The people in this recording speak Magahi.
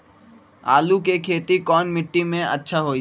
आलु के खेती कौन मिट्टी में अच्छा होइ?